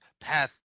path